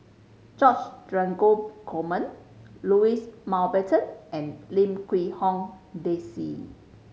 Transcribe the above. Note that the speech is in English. George Dromgold Coleman Louis Mountbatten and Lim Quee Hong Daisy